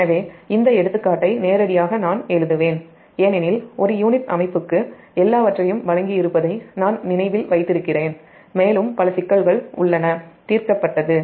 எனவே இந்த எடுத்துக்காட்டை நேரடியாக நான் எழுதுவேன் ஏனெனில் ஒரு யூனிட் அமைப்புக்குஎல்லாவற்றையும் வழங்கியிருப்பதை நான் நினைவில் வைத்திருக்கிறேன் மேலும் பல சிக்கல்கள் உள்ளனதீர்க்கப்பட்டது